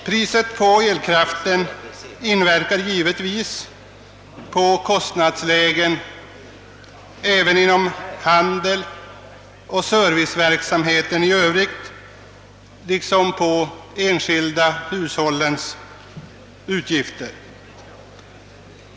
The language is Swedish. Priset på elkraften inverkar givetvis på kostnadsläget inom handel och serviceverksamhet i övrigt liksom på de enskilda hushållens utgifter.